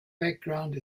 background